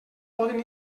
poden